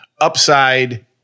upside